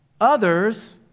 Others